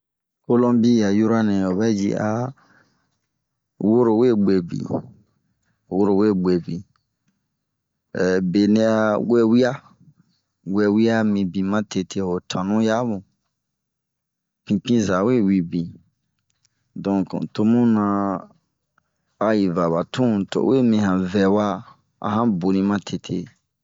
Kɔlɔmbia yuranɛ ovɛ yi a woro we guebin, woro we guebin, ɛhh benɛ a wewia ,wɛwia mibin matete ho tanu yamu, pinpinza we uwe bin. Donke to bunna a o yi va ba tun to owe min han vɛwa ahan boni matete.